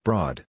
Broad